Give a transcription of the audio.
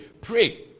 Pray